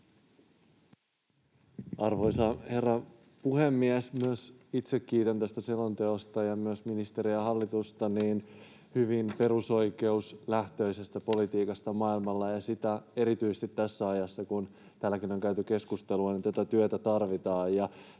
Arvoisa herra puhemies! Myös itse kiitän tästä selonteosta ja myös ministeriä ja hallitusta hyvin perusoikeuslähtöisestä politiikasta maailmalla. Erityisesti tässä ajassa, kun täälläkin on käyty keskustelua, tätä työtä tarvitaan,